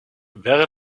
wäre